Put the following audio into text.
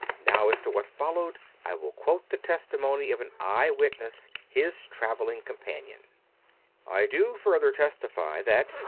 now, as to what followed, i will quote the testimony of an eye-witness, his traveling companion i do further testify that,